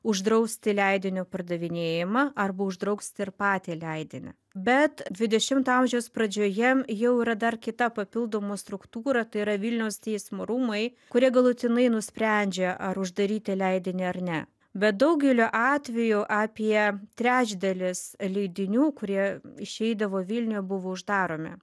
uždrausti leidinio pardavinėjimą arba uždrausti ir patį leidinį bet dvidešimto amžiaus pradžioje jau yra dar kita papildoma struktūra tai yra vilniaus teismo rūmai kurie galutinai nusprendžia ar uždaryti leidinį ar ne bet daugeliu atvejų apie trečdalis leidinių kurie išeidavo vilniuj buvo uždaromi